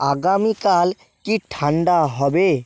আগামীকাল কি ঠান্ডা হবে